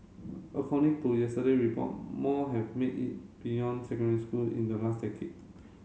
a according to yesterday report more have made it beyond secondary school in the last decade